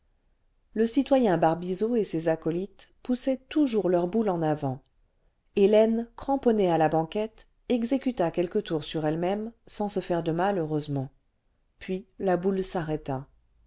le citoyen barbizot et ses acolytes poussaient toujours leur boule en avant hélène cramponnée à la banquette exécuta quelques tours sur ellemême sans se faire de mal heureusement puis la boule s'arrêta